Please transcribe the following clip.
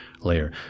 layer